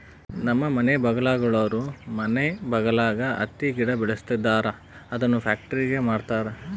ನಮ್ಮ ಮನೆ ಬಗಲಾಗುಳೋರು ಮನೆ ಬಗಲಾಗ ಹತ್ತಿ ಗಿಡ ಬೆಳುಸ್ತದರ ಅದುನ್ನ ಪ್ಯಾಕ್ಟರಿಗೆ ಮಾರ್ತಾರ